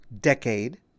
decade